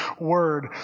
word